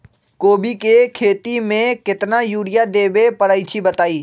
कोबी के खेती मे केतना यूरिया देबे परईछी बताई?